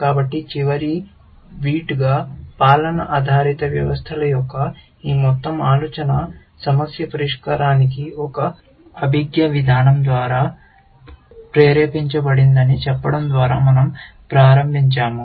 కాబట్టి చివరి బిట్గా పాలన ఆధారిత వ్యవస్థల యొక్క ఈ మొత్తం ఆలోచన సమస్య పరిష్కారానికి ఒక అభిజ్ఞా విధానం ద్వారా ప్రేరేపించబడిందని చెప్పడం ద్వారా మన০ ప్రారంభించాము